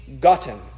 gotten